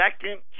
second